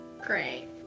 Great